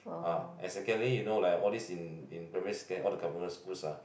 ah and secondly you know like all this in in primary second all the Government schools ah